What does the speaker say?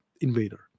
invader